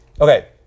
Okay